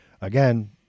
again